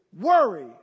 worry